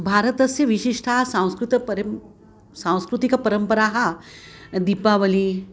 भारतस्य विशिष्टा सांस्कृतं परि सांस्कृतिकपरम्पराः दीपावलिः